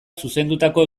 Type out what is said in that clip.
zuzendutako